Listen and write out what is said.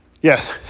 Yes